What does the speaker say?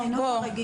גם דרך הדוברות,